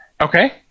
Okay